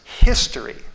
history